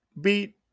beat